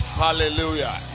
Hallelujah